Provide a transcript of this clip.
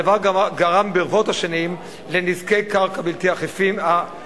הדבר גרם ברבות השנים לנזקי קרקע בלתי הפיכים,